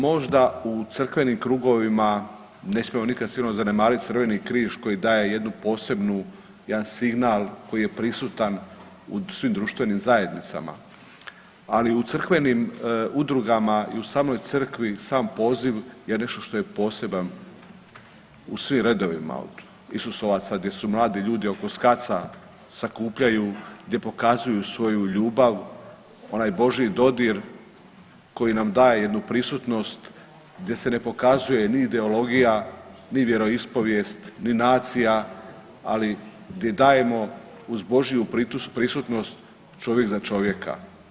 Možda u crkvenim krugovima ne smijemo nikad sigurno zanemariti Crveni križ koji daje jednu posebnu, jedan signal koji je prisutan u svim društvenim zajednicama, ali u crkvenim udrugama i u samoj crkvi sam poziv je nešto što je poseban u svim redovima od Isusovaca gdje su mladi ljudi oko SKAC-a sakupljaju gdje pokazuju svoju ljubav onaj božji dodir koji nam daje jednu prisutnost gdje se ne pokazuje ni ideologija, ni vjeroispovijest, ni nacija, ali di dajemo uz božju prisutnost čovjek za čovjeka.